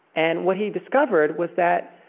and what he discovered was that,